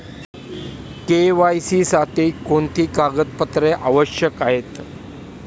KYC साठी कोणती कागदपत्रे आवश्यक आहेत?